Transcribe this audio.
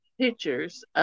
Pictures